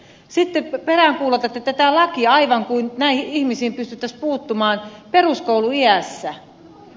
sitten peräänkuulutatte tätä lakia aivan kuin näihin ihmisiin pystyttäisiin puuttumaan peruskouluiässä